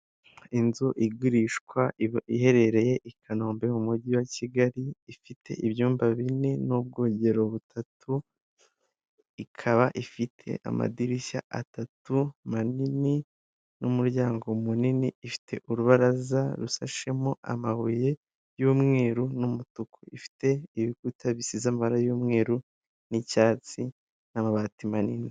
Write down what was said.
Inzu igurishwa iba iherereye i Kanombe mu mujyi wa Kigali ifite ibyumba bine n'ubwogero butatu ikaba ifite amadirishya atatu manini n'umuryango munini ifite urubaraza rusashemo amabuye y'umweru n'umutuku ifite ibikuta bisize amabara y'umweru n'icyatsi n'amabati manini.